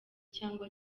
cyangwa